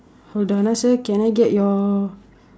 hold on uh sir can I get your